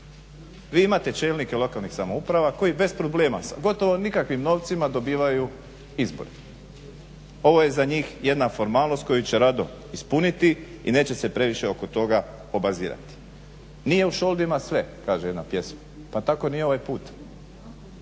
Vi imate čelnike lokalnih samouprava koji bez problema, gotovo s nikakvim novcima dobivaju izbore. Ovo je za njih jedna formalnost koju će rado ispuniti i neće se previše oko toga obazirati. Nije u šoldima sve kaže jedna pjesma pa tako ni ovaj put.